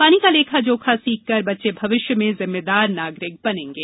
पानी का लेखा जोखा सीखकर बच्चे भविष्य में जिम्मेदार नागरिक बनेंगे